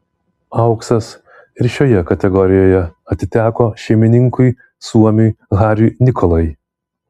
auksas ir šioje kategorijoje atiteko šeimininkui suomiui hariui nikolai